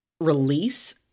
release